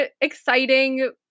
exciting